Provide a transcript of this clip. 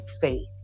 faith